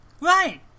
Right